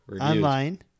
online